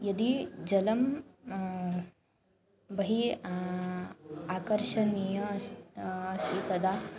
यदि जलं बहिः आकर्षणीयम् अस्ति अस्ति तदा